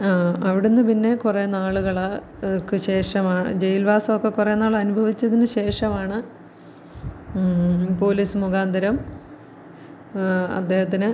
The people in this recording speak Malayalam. അവിടുന്ന് പിന്നെ കുറേ നാളുകള്ക്ക് ശേഷമാ ജയിൽവാസമൊക്കെ കുറേ നാളനുഭവിച്ചതിനു ശേഷമാണ് പോലീസ് മുഖാന്തരം അദ്ദേഹത്തിന്